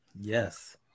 Yes